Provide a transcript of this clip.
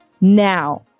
now